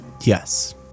Yes